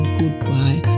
goodbye